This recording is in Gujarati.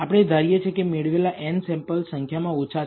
આપણે ધારીએ છીએ કે મેળવેલા n સેમ્પલ સંખ્યામાં ઓછા છે